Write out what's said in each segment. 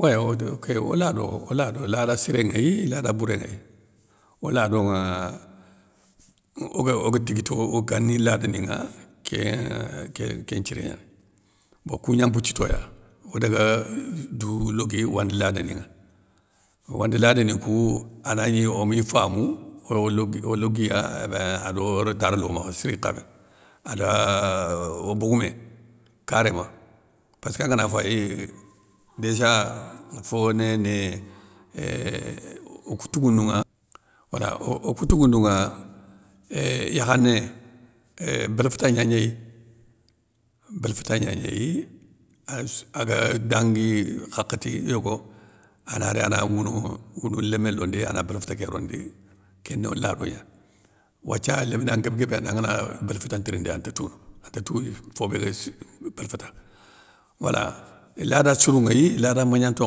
Wé odo ké o lado lada siré nŋéy, lada bouré nŋéy, olado ŋa ogue oga tiguito o gani ladaniŋa kén kén nthiré gnani. Bon kougna mbothitoya odaga dou, logui wandi ladani ŋa wandi ladanikou anagni omi famou, oro logui o loguiya ébein ado retar lo makha siri nkha méné, ada éuhhh bogoumé carrémént passka ngana fayi, déja fo néyé né okou tougounŋa, wal okou tougounŋa éuuh yakhané, éuuh béfata gna gnéy, bélfata gna gnéyi assou aga dangui hakhati yogo, ana ri ana wouno wounou lémé londi ana bélfata ké rondi, kéno lada gna. Wathia lémna nguéb guébé angana bélfata ntirindi anta tounou ante tou fobé ga si bélfata wala. Lada siro ŋéy lada magnanto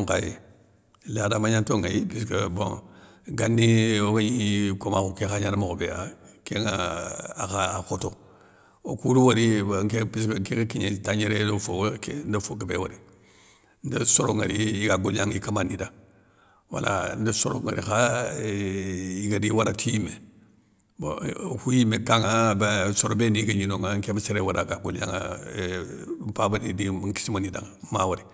nkha yéy, lada magnanto nŋéy, puisskeu bon gani ogagni komakhou kékha gnana mokhobé kénŋa akha kho to, okou de wori bé nké puisskeu nké ga kigné tangnéré ro wo kén nda fo guébé wori, nde soro nŋwori iga golignanŋi i kama ni da, wala nde soro nŋwori kha éuuhh igadi wara ti yimé, bo okou yimé kan nŋa béinn soro béni guégni nonŋa nké ma séré wori aga golignanŋa éuuh mpabani dinkissima ni danŋa, ma wori.